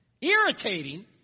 Irritating